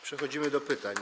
Przechodzimy do pytań.